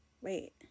Wait